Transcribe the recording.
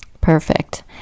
Perfect